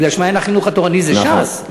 מפני ש"מעיין החינוך התורני" זה ש"ס,